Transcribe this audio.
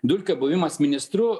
dulkio buvimas ministru